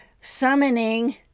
summoning